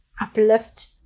uplift